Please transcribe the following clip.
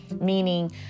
Meaning